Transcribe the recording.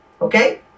Okay